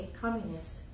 Communist